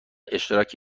اشتراک